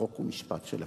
חוק ומשפט של הכנסת.